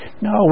No